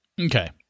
Okay